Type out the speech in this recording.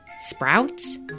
Sprouts